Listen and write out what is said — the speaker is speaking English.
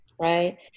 right